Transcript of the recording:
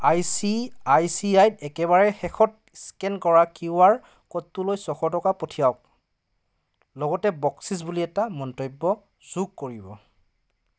I C I C I একেবাৰে শেষত scan কৰা কিউ আৰ ক'ডটোলৈ ছশ টকা পঠিয়াওক লগতে বকচিচ বুলি এটা মন্তব্য যোগ কৰিব